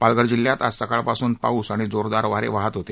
पालघर जिल्ह्यात आज सकाळ पासून पाऊस आणि जोरदार वारे वाहत होते